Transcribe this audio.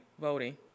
voting